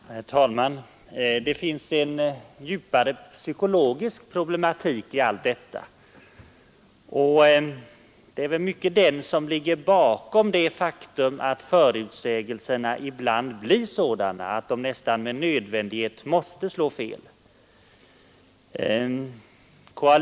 Herr talman! Det finns en djupare psykologisk problematik i denna fråga, och det är den som nog ligger bakom det faktum att konjunkturförutsägelserna ibland blir sådana att de nästan med nödvändighet måste slå fel. K.-A.